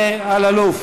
ירון מזוז,